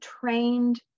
trained